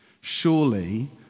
Surely